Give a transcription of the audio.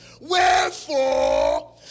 Wherefore